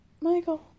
Michael